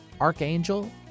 Archangel